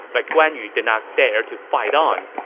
but guan yu did not dare to fight on.